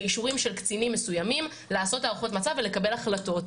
באישורים של קצינים מסוימים לעשות הערכות מצב ולקבל החלטות.